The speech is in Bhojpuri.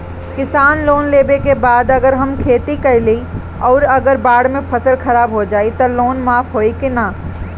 किसान लोन लेबे के बाद अगर हम खेती कैलि अउर अगर बाढ़ मे फसल खराब हो जाई त लोन माफ होई कि न?